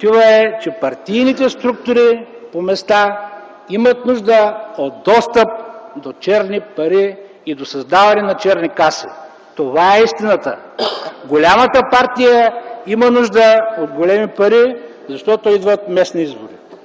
Той е, че партийните структури по места имат нужда от достъп до черни пари и до създаване на черни каси. Това е истината. Голямата партия има нужда от големи пари, защото идват местни избори.